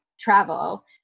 travel